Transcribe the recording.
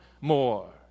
more